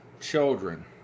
children